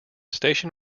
station